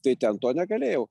tai ten to negalėjau